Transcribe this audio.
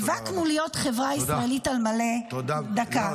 נאבקנו להיות חברה ישראלית על מלא, דקה,